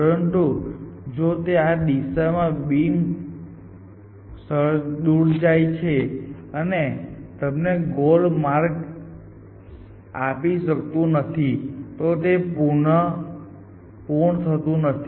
પરંતુ જો તે આ દિશામાં બીમ સર્ચ થી દૂર જાય અને તે તમને માર્ગ આપી શકતું નથી તો તે પૂર્ણ થતું નથી